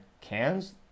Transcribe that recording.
cans